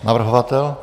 Navrhovatel?